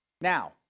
Now